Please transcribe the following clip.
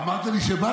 אה,